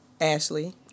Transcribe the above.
Ashley